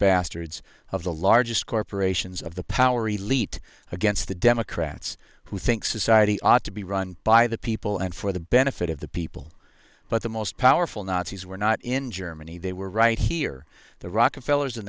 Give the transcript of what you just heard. bastards of the largest corporations of the power elite against the democrats who think society ought to be run by the people and for the benefit of the people but the most powerful nazis were not in germany they were right here the rockefeller's in